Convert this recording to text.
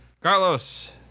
Carlos